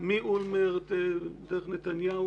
מאולמרט דרך נתניהו,